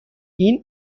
این